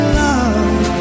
love